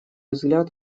взгляд